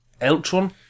Eltron